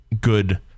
good